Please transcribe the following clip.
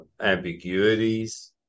ambiguities